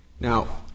Now